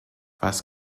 was